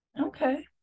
Okay